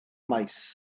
maes